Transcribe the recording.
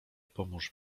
pomóż